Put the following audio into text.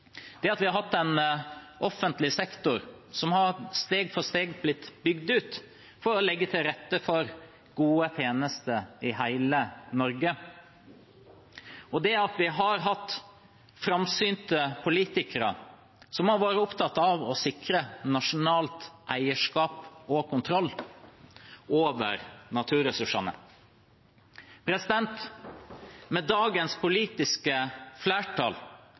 gjennom at vi har hatt en offentlig sektor som steg for steg har blitt bygd ut for å legge til rette for gode tjenester i hele Norge, og gjennom at vi har hatt framsynte politikere som har vært opptatt av å sikre nasjonalt eierskap og kontroll over naturressursene. Med dagens politiske flertall